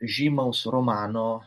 žymaus romano